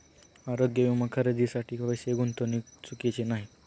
आरोग्य विमा खरेदीसाठी पैसे गुंतविणे चुकीचे नाही